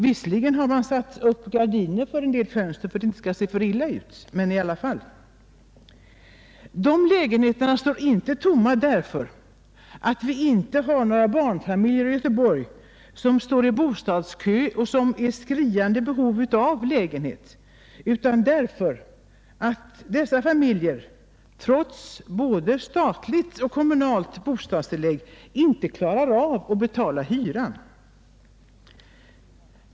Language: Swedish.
Visserligen har man satt upp gardiner för en del fönster för att det inte skall se alltför illa ut, men i alla fall! Dessa lägenheter står inte tomma därför att det inte finns några barnfamiljer i Göteborg som står i bostadskö och som är i skriande behov av lägenhet, utan därför att dessa familjer trots både statligt och kommunalt bostadstillägg inte klarar av att betala hyran.